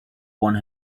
one